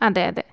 അതെ അതെ